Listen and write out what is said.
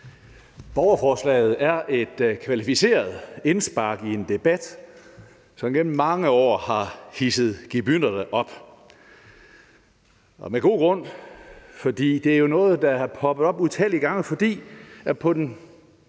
Borgerforslaget er et kvalificeret indspark i en debat, som igennem mange år har hidset gemytterne op – og med god grund, for det er jo noget, der er poppet op utallige gange. For den